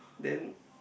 then